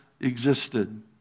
existed